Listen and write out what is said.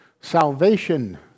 Salvation